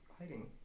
Hiding